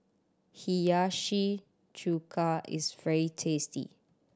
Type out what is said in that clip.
Hiyashi Chuka is very tasty